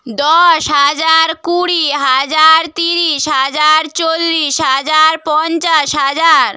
দশ হাজার কুড়ি হাজার তিরিশ হাজার চল্লিশ হাজার পঞ্চাশ হাজার